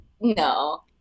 no